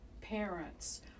parents